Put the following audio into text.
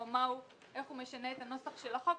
הזה או איך הוא משנה את הנוסח של החוק,